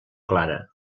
clara